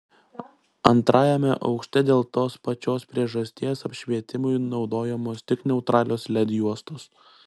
antrajame aukšte dėl tos pačios priežasties apšvietimui naudojamos tik neutralios led juostos